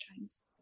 times